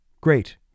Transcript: Great